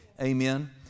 Amen